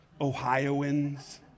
Ohioans